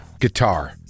guitar